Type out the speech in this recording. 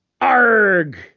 Arg